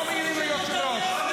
לא מעירים ליושב-ראש.